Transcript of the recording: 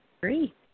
Great